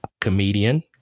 comedian